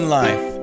life